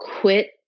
Quit